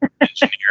engineer